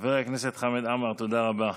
חבר הכנסת חמד עמאר, תודה רבה.